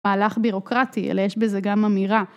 בהלך בירוקרטי, אלא יש בזה גם אמירה.